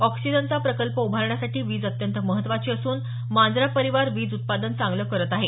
ऑक्सीजनचा प्रकल्प उभारण्यासाठी वीज अत्यंत महत्त्वाची असून मांजरा परिवार वीज उत्पादन चांगल करत आहे